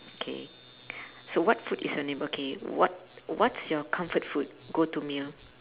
K so what food is your neigh~ okay what what's your comfort food go to meal